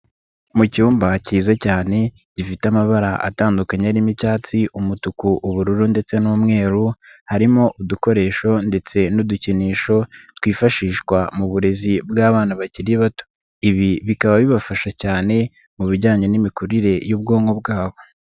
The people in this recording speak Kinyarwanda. Mu cyumba kiza cyane gifite amabara atandukanye arimo icyatsi, umutuku, ubururu ndetse n'umweru, harimo udukoresho ndetse n'udukinisho twifashishwa mu burezi bw'abana bakiri bato. Ibi bikaba bibafasha cyane mu bijyanye n'imikurire y'ubwonko bwabo.